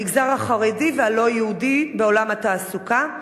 המגזר החרדי והמגזר הלא-יהודי, בעולם התעסוקה.